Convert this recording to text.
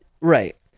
right